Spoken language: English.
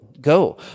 Go